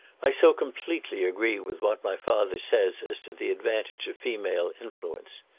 i so completely agree with what my father says as to the advantage of female influence!